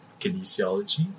kinesiology